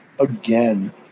again